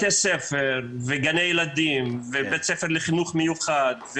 בתי ספר וגני ילדים ובית ספר לחינוך מיוחד,